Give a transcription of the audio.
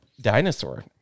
dinosaur